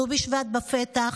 ט"ו בשבט בפתח,